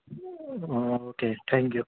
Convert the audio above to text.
okay thank you